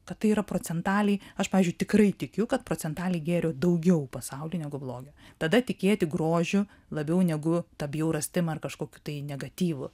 kad tai yra procentaliai aš pavyzdžiui tikrai tikiu kad procentaliai gėrio daugiau pasauly negu blogio tada tikėti grožiu labiau negu ta bjaurastim ar kažkokiu tai negatyvu